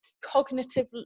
cognitive